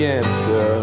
answer